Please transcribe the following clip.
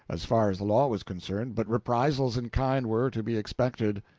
as far as the law was concerned, but reprisals in kind were to be expected.